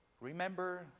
Remember